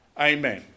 Amen